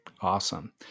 Awesome